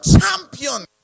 champion